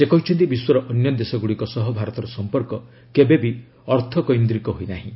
ସେ କହିଛନ୍ତି ବିଶ୍ୱର ଅନ୍ୟ ଦେଶଗ୍ରଡ଼ିକ ସହ ଭାରତର ସଂପର୍କ କେବେ ବି ଅର୍ଥକେିନ୍ଦ୍ରିକ ହୋଇନାହିଁ